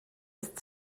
ist